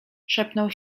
szepnął